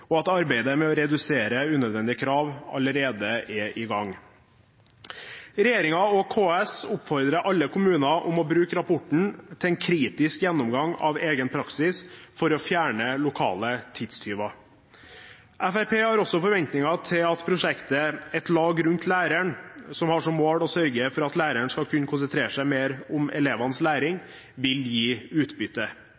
og at arbeidet med å redusere unødvendige krav allerede er i gang. Regjeringen og KS oppfordrer alle kommuner til å bruke rapporten til en kritisk gjennomgang av egen praksis for å fjerne lokale tidstyver. Fremskrittspartiet har også forventninger til at prosjektet Et lag rundt læreren, som har som mål å sørge for at læreren skal kunne konsentrere seg mer om elevenes læring, vil gi utbytte.